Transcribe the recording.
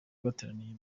bateraniye